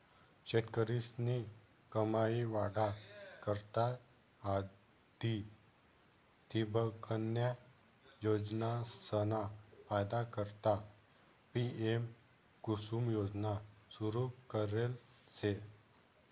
शेतकरीस्नी कमाई वाढा करता आधी ठिबकन्या योजनासना फायदा करता पी.एम.कुसुम योजना सुरू करेल शे